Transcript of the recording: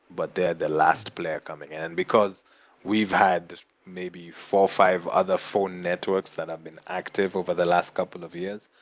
but they're the last player coming in, because we've had maybe four, five, other phone networks that have been active over the last couple of years.